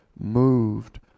moved